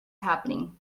happening